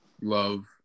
Love